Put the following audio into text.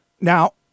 Now